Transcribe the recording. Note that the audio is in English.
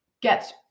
get